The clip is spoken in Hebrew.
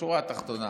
בשורה התחתונה,